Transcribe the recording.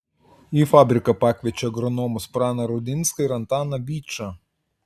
į fabriką pakviečia agronomus praną rudinską ir antaną vyčą